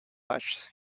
touches